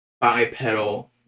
bipedal